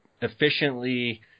efficiently